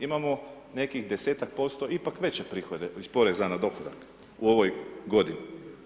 Imamo nekih 10-ak posto ipak veće prihode iz poreza na dohodak u ovoj godini.